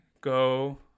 go